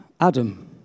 Adam